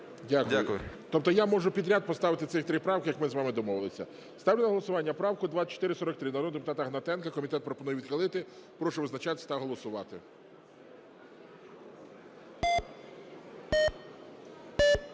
Дякую. Тобто я можу підряд поставити цих три правки, як ми з вами домовилися? Ставлю на голосування правку 2443, народного депутата Гнатенка. Комітет пропонує відхилити. Прошу визначатись та голосувати.